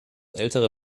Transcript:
ältere